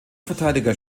verteidiger